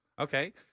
Okay